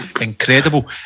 incredible